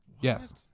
Yes